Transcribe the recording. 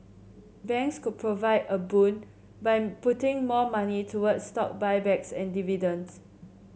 banks could provide a boon by putting more money toward stock buybacks and dividends